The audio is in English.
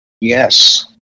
Yes